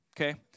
okay